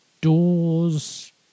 Doors